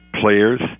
players